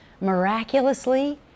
miraculously